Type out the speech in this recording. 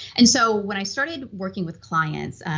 and so when i started working with clients,